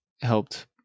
helped